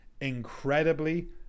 incredibly